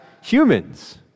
humans